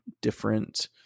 different